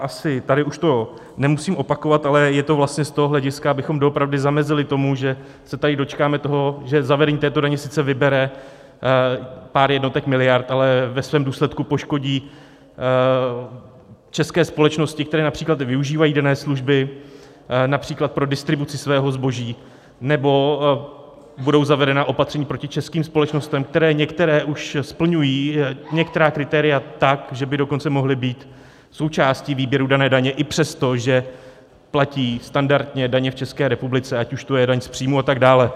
Asi tady už to nemusím opakovat, ale je to vlastně z toho hlediska, abychom doopravdy zamezili tomu, že se tady dočkáme toho, že zavedení této daně sice vybere pár jednotek miliard, ale ve svém důsledku poškodí české společnosti, které například využívají dané služby, například pro distribuci svého zboží, nebo budou zavedena opatření proti českým společnostem, které některé už splňují některá kritéria tak, že by dokonce mohly být součástí výběru dané daně i přesto, že platí standardně daně v České republice, ať už to je daň z příjmu a tak dále.